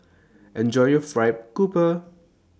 Enjoy your Fried Grouper